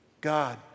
God